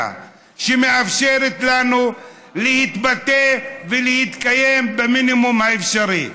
שמאפשרת לנו להתבטא ולהתקיים במינימום האפשרי.